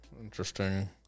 Interesting